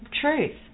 truth